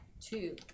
Two